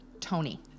Tony